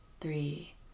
three